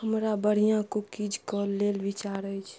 हमरा बढ़िआँ कुकीजके लेल विचार अछि